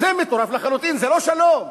זה לא שלום.